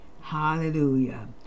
Hallelujah